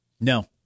No